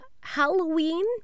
Halloween